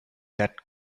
that